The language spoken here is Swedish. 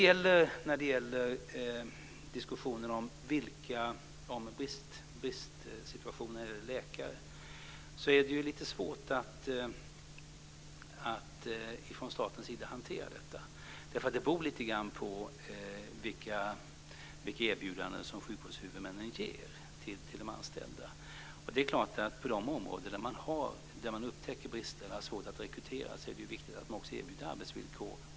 När det gäller bristen på läkare är det lite svårt att från statens sida hantera detta. Det beror lite grann på vilka erbjudanden som sjukvårdshuvudmännen ger till de anställda. Det är klart att på de områden där man upptäcker brister och har svårt att rekrytera är det viktigt att man också erbjuder bra arbetsvillkor.